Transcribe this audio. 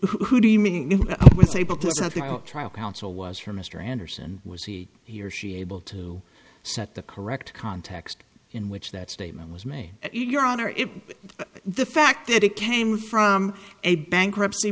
what do you mean trial counsel was for mr anderson was he he or she able to set the correct context in which that statement was made your honor if the fact that it came from a bankruptcy